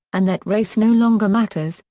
and that race no longer matters,